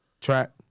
Track